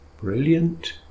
brilliant